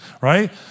right